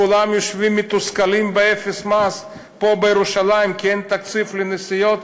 כולם יושבים מתוסכלים באפס מעש פה בירושלים כי אין תקציב לנסיעות,